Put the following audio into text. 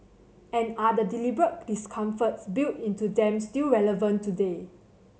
and are the deliberate discomforts built into them still relevant today